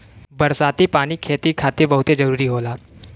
बरसाती पानी खेती के खातिर बहुते जादा जरूरी होला